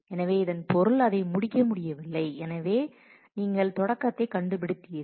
எனவே இதன் பொருள் அதை முடிக்க முடியவில்லை எனவே நீங்கள் தொடக்கத்தைக் கண்டுபிடித்தீர்கள்